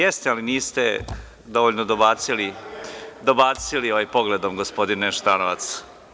Jeste, ali niste dovoljno dobacili pogledom gospodine Šutanovac.